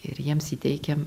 ir jiems įteikėm